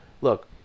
Look